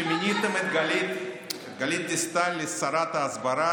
שמיניתם את גלית דיסטל לשרת ההסברה,